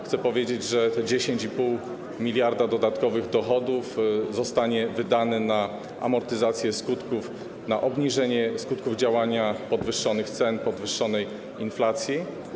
Chcę powiedzieć, że te 10,5 mld zł dodatkowych dochodów zostanie wydane na amortyzację skutków, na obniżenie skutków działania podwyższonych cen, podwyższonej inflacji.